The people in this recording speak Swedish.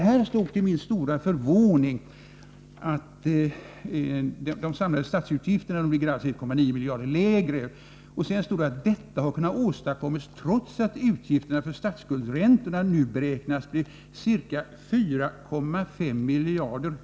Det står till min stora förvåning på s. 30, rad 8, efter konstaterandet att de samlade statsutgifterna ligger 1,9 miljarder lägre än i statsbudgeten: ”Detta har kunnat åstadkommas trots att utgifterna för statsskuldräntorna nu beräknas bli ca 4,5 miljarder kr.